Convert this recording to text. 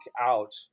out